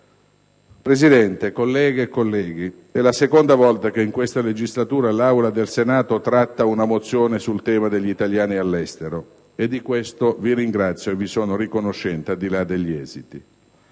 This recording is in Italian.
Presidente, colleghe e colleghi, è la seconda volta che in questa legislatura l'Aula del Senato tratta una mozione sul tema degli italiani all'estero e di questo vi ringrazio e vi sono riconoscente, al di là degli esiti.